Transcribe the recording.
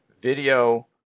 video